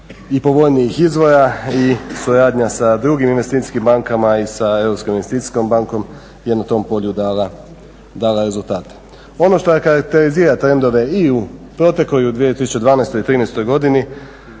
i povoljnijih izvora i suradnja sa drugim investicijskim bankama i sa Europskom investicijskom bankom je na tom polju dala rezultate. Ono što karakterizira trendove i u protekloj i u 2012. i 2013. godini